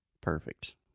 Perfect